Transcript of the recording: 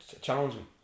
challenging